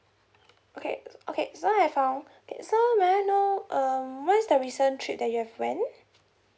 okay okay so I found okay so may I know um what is the recent trip that you have went